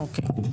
אוקיי.